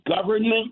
government